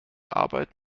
arbeit